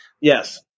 yes